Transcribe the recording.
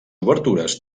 obertures